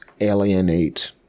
alienate